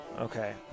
Okay